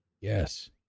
Yes